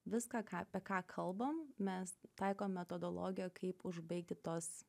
viską ką apie ką kalbam mes taiko metodologiją kaip užbaigti tuos